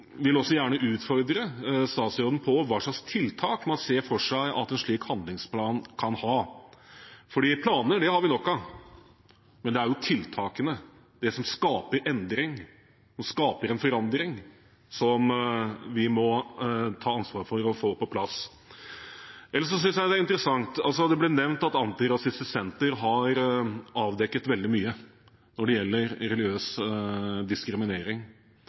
gjerne utfordre statsråden på, hva slags tiltak man ser for seg at en slik handlingsplan kan ha. For planer har vi nok av, men det er tiltakene – de som skaper endring, som skaper en forandring – vi må ta ansvar for å få på plass. Det ble nevnt at Antirasistisk Senter har avdekket veldig mye når det gjelder religiøs diskriminering.